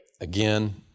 Again